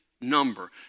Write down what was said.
number